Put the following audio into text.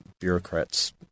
bureaucrats